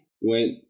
went